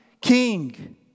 king